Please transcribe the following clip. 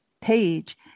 page